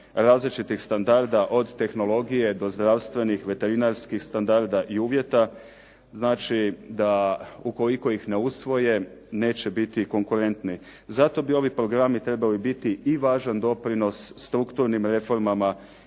različitih standarda od tehnologije do zdravstvenih, veterinarskih standarda i uvjeta znači da ukoliko ih ne usvoje neće biti konkuretni. Zato bi ovi programi trebali biti i važan doprinos strukturnim reformama